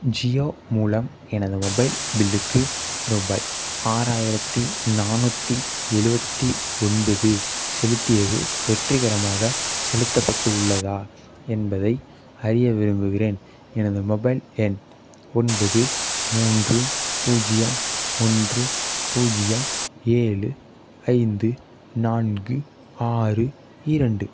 ஜியோ மூலம் எனது மொபைல் பில்லுக்கு ரூபாய் ஆறாயிரத்தி நானூற்றி எழுவத்தி ஒன்பது செலுத்தியது வெற்றிகரமாக செலுத்தப்பட்டு உள்ளதா என்பதை அறிய விரும்புகிறேன் எனது மொபைன் எண் ஒன்பது மூன்று பூஜ்ஜியம் ஒன்று பூஜ்ஜியம் ஏழு ஐந்து நான்கு ஆறு இரண்டு